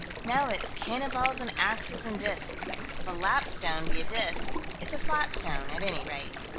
now it's cannon balls and axes and disks if a lapstone be a disk it's a flat stone, at any rate.